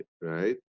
Right